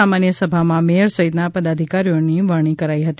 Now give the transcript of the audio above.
સામાન્ય સભામાં મેયર સહિતના પદાઘિકારીઓની વરણી કરાઇ હતી